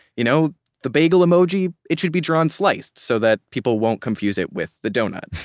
you know the bagel emoji, it should be drawn sliced, so that people won't confuse it with the donut